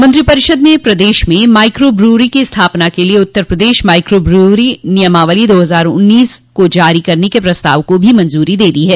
मंत्रिपरिषद ने प्रदेश में माइक्रो बिवरी की स्थापना के लिये उत्तर प्रदेश माइक्रो ब्रिवरी नियमावली दो हज़ार उन्नीस के जारी करने के प्रस्ताव को भी मंजूरी दे दी है